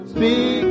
Speak